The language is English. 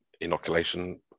inoculation